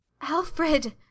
Alfred